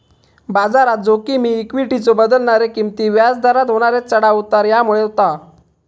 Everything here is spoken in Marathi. बाजारात जोखिम ही इक्वीटीचे बदलणारे किंमती, व्याज दरात होणारे चढाव उतार ह्यामुळे होता